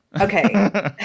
Okay